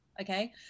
okay